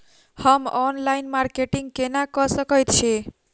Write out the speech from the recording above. हम online marketing केना कऽ सकैत छी?